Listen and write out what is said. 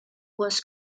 was